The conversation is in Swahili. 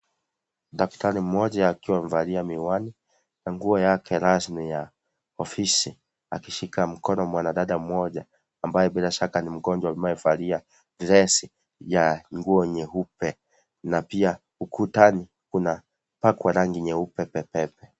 Daktari mmoja akiwa amevalia miwani, na nguo yake rasmi ya ofisi. Akishika mkono mwanadada mmoja, ambaye bila shaka ni mgonjwa ambaye amevalia dress ya nguo nyeupe na pia ukutani kumepakwa rangi nyeupe pe pe pe.